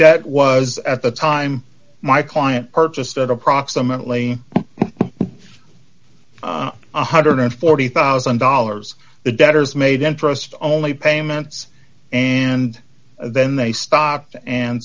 debt was at the time my client purchased at approximately one hundred and forty thousand dollars the debtors made interest only payments and then they stopped and